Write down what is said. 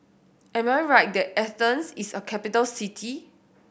am I right that Athens is a capital city